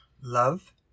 love